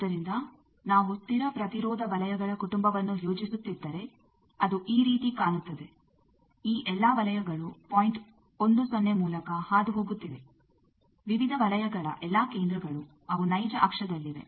ಆದ್ದರಿಂದ ನಾವು ಸ್ಥಿರ ಪ್ರತಿರೋಧ ವಲಯಗಳ ಕುಟುಂಬವನ್ನು ಯೋಜಿಸುತ್ತಿದ್ದರೆ ಅದು ಈ ರೀತಿ ಕಾಣುತ್ತದೆ ಈ ಎಲ್ಲಾ ವಲಯಗಳು ಪಾಯಿಂಟ್ 1 0 ಮೂಲಕ ಹಾದುಹೋಗುತ್ತಿವೆ ವಿವಿಧ ವಲಯಗಳ ಎಲ್ಲಾ ಕೇಂದ್ರಗಳು ಅವು ನೈಜ ಅಕ್ಷದಲ್ಲಿವೆ